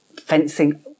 fencing